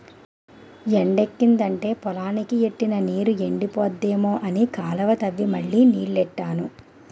ఎండెక్కిదంటే పొలానికి ఎట్టిన నీరు ఎండిపోద్దేమో అని కాలువ తవ్వి మళ్ళీ నీల్లెట్టాను